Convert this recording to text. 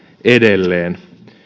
edelleen